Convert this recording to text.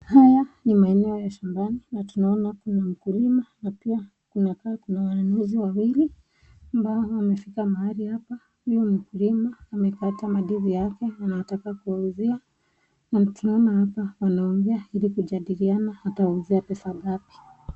Haya ni maeneo ya shambani na tunaona kuna mkulima na pia kunakaa kuna wanunuzi wawili ambao wamefika mahali hapa. Huyu mkulima amepata mandizi yake na anataka kuuziwa na tunaona hapa wanaongea ili kujadiliana atamuuzia pesa gapi.